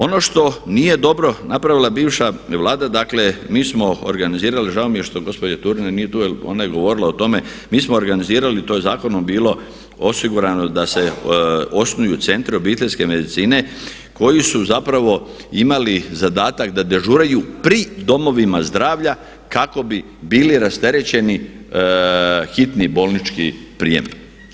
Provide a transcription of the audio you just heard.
Ono što nije dobro, napravila bivša Vlada dakle mi smo organizirali, žao mi je što gospođa Turina nije tu jer ona je govorila o tome, mi smo organizirali, to je zakonom bilo osigurano da se osnuju centri obiteljske medicine koji su zapravo imali zadatak da dežuraju pri domovima zdravlja kako bi bili rasterećeni hitni bolnički prijemi.